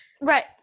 Right